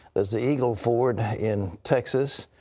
theres eagleford in texas.